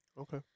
Okay